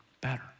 better